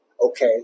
okay